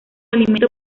alimento